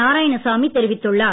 நாராயணசாமி தெரிவித்துள்ளார்